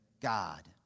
God